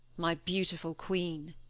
my beautiful queen!